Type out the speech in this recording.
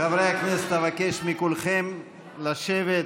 חברי הכנסת, אבקש מכולכם לשבת.